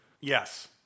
Yes